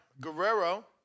Guerrero